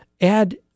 Add